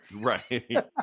Right